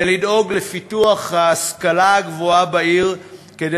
ולדאוג לפיתוח ההשכלה הגבוהה בעיר כדי